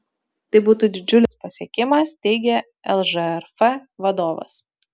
tai būtų didžiulis pasiekimas teigė lžrf vadovas